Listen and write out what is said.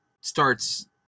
starts